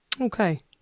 Okay